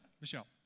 Michelle